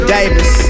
Davis